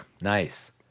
Nice